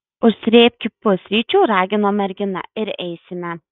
užsrėbki pusryčių ragino mergina ir eisime